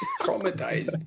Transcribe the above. traumatized